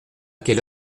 quelle